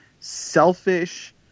selfish